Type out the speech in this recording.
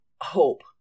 hope